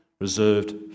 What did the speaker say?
reserved